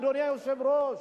אדוני היושב-ראש,